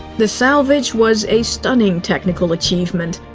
the salvage was a stunning technical achievement,